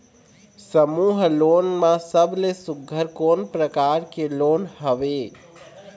समूह लोन मा सबले सुघ्घर कोन प्रकार के लोन हवेए?